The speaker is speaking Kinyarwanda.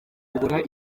ubura